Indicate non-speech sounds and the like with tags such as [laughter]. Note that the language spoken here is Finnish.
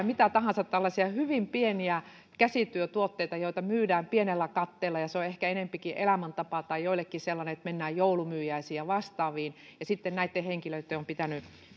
[unintelligible] mitä tahansa hyvin pieniä käsityötuotteita joita myydään pienellä katteella ja se on ehkä enempikin elämäntapa tai joillekin sellainen että mennään joulumyyjäisiin ja vastaaviin ja sitten näitten henkilöitten on pitänyt